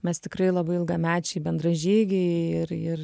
mes tikrai labai ilgamečiai bendražygiai ir ir